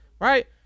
right